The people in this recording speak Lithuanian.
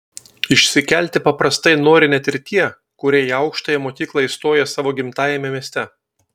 išsikelti paprastai nori net ir tie kurie į aukštąją mokyklą įstoja savo gimtajame mieste